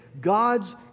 God's